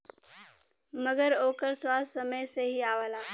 मगर ओकर स्वाद समय से ही आवला